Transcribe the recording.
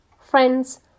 friends